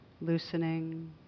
loosening